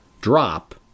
drop